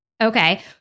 Okay